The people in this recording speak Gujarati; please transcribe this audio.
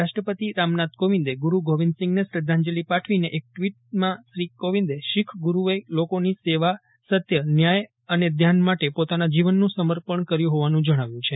રાષ્ટ્રપતિ રામનાથ કોવિંદે ગુરૂ ગોવિંદ સિંઘને શ્રધ્ધાંજલી પાઠવીને એક ટવીટમાં શ્રી કોવિંદે શીખ ગુરૂએ લોકોની સેવા સત્ય ન્યાય અને ધ્યાન માટે પોતાના જીવનનું સમર્પણ કર્યુ હોવાનું જજ્ઞાવ્યું છે